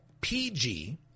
PG